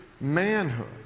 manhood